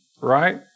Right